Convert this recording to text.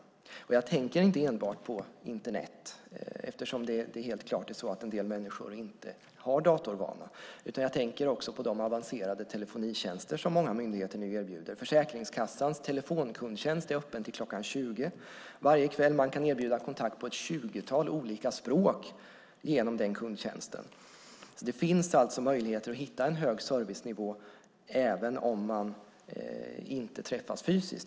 Jag tänker inte enbart på Internet eftersom det helt klart är så att en del människor inte har datorvana. Jag tänker även på de avancerade telefonitjänster som många myndigheter nu erbjuder. Försäkringskassans telefonkundtjänst är öppen till kl. 20 varje kväll, och genom den tjänsten kan de erbjuda kontakt på ett tjugotal olika språk. Det finns alltså möjligheter att hitta en hög servicenivå även om man inte träffas fysiskt.